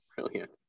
brilliant